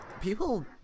people